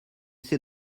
c’est